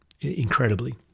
incredibly